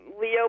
Leo